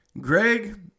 Greg